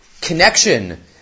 connection